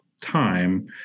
time